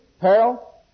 peril